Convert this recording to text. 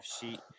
sheet